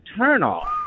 turnoff